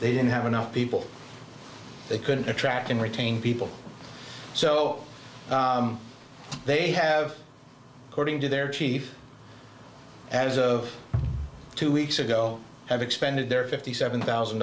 they didn't have enough people they couldn't attract and retain people so they have hoarding to their chief as of two weeks ago have expended their fifty seven thousand